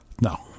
No